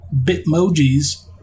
Bitmojis